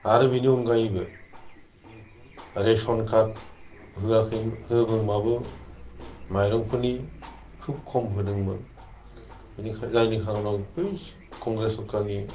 आरो बेनि अनगायैबो रेशन कार्ड होयाखै होदोंबाबो माइरंफोरनि खोब खम होदोंमोन जायनि खारनाव बै कंग्रेस सोरखारनि